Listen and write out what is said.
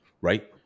Right